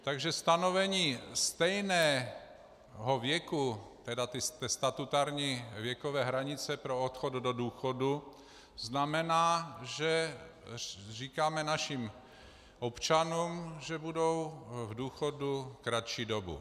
Takže stanovení stejného věku, statutární věkové hranice pro odchod do důchodu, znamená, že říkáme našim občanům, že budou v důchodu kratší dobu.